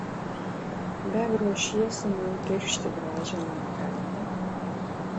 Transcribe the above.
beg ruošiesi man piršti gražią lenkaitę